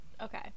Okay